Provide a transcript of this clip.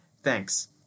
Thanks